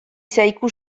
zaigu